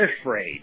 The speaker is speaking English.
afraid